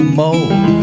more